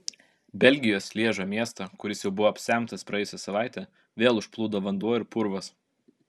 belgijos lježo miestą kuris jau buvo apsemtas praėjusią savaitę vėl užplūdo vanduo ir purvas